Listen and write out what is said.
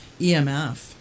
EMF